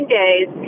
days